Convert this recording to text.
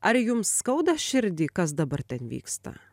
ar jums skauda širdį kas dabar ten vyksta